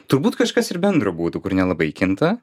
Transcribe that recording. turbūt kažkas ir bendro būtų kur nelabai kinta